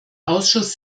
ausschuss